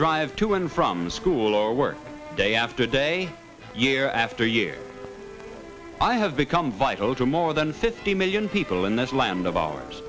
drive to and from school or work day after day year after year i have become vital to more than fifty million people in this land of ours